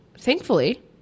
Thankfully